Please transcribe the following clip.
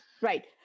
Right